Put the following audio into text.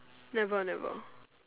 never never